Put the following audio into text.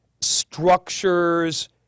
structures